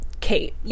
Kate